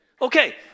Okay